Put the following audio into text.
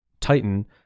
titan